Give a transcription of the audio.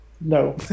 no